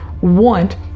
want